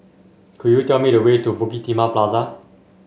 could you tell me the way to Bukit Timah Plaza